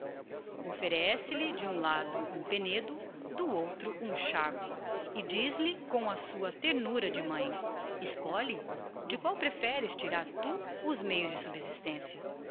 offerece lhe de um lado um penedo do outro um charco e diz-lhe com a sua ternura de mãe escolhe de qual preferes tirar tu os meios de subsistencia